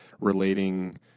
relating